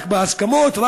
רק בהסכמות,